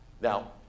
Now